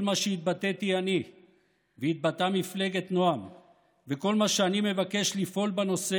כל מה שהתבטאתי אני והתבטאה מפלגת נעם וכל מה שאני מבקש לפעול בנושא